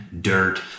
dirt